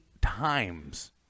times